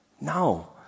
No